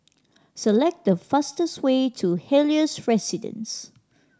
select the fastest way to Helios Residences